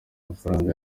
mafaranga